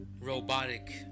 robotic